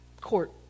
court